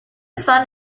sun